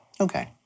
Okay